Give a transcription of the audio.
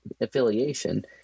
affiliation